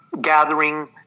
gathering